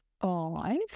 five